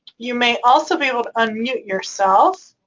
you may also be able to unmute yourself